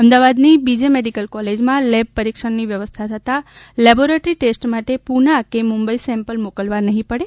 અમદાવાદની B J medical કોલેજમાં lab પરિક્ષણની વ્યવસ્થા થતાં લેબોરેટરી ટેસ્ટ માટે પૂના કે મુંબઇ સેમ્પલ મોકલવા નહીં પડે